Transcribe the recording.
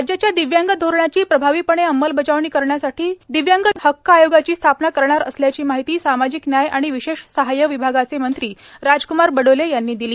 राज्याच्या दिव्यांग धोरणाची प्रभावीपणे अंमलबजावणी करण्यासाठी दिव्यांग हक्क आयोगाची स्थापना करणार असल्याची माहिती सामाजिक न्याय आणि विशेष सहाय्य विभागाचे मंत्री राजक्मार बडोले यांनी दिली